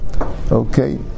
Okay